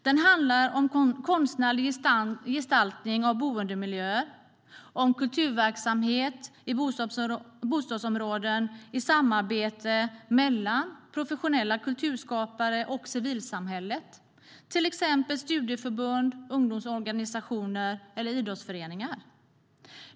Den handlar om konstnärlig gestaltning av boendemiljöer, om kulturverksamhet i bostadsområden i samarbete mellan professionella kulturskapare och civilsamhället, till exempel studieförbund, ungdomsorganisationer eller idrottsföreningar.